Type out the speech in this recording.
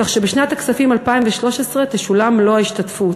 כך שבשנת הכספים 2013 תשולם מלוא ההשתתפות.